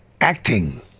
acting